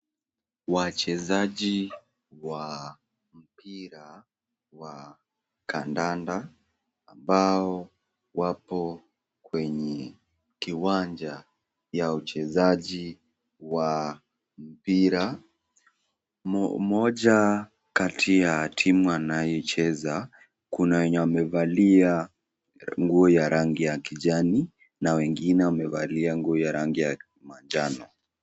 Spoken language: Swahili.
Wachezaji wa mpira wa kandanda ambao wako kwenye uwanja wa uchezaji wa mpira. Mmoja kati ya timu anayecheza, kuna wenye wamevali nguo ya rangi ya kijani na wengine wamevalia nguo ya rangi ya manjano.